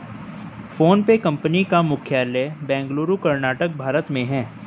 PhonePe company का मुख्यालय बेंगलुरु कर्नाटक भारत में है